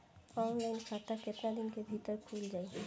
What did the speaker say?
Online खाता केतना दिन के भीतर ख़ुल जाई?